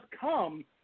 come